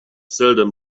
seldom